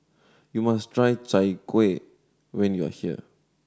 you must try Chai Kueh when you are here